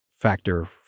factor